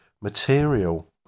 material